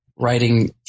writing